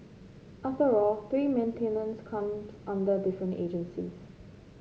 after all tree maintenance comes under different agencies